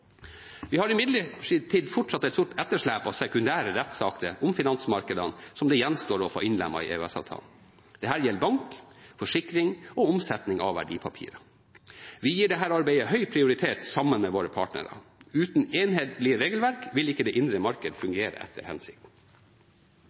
Vi har imidlertid fortsatt et stort etterslep av sekundære rettsakter om finansmarkedene som det gjenstår å få innlemmet i EØS-avtalen. Det gjelder bank, forsikring og omsetning av verdipapirer. Vi gir dette arbeidet høy prioritet sammen med våre partnere. Uten enhetlig regelverk vil ikke det indre marked